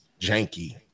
janky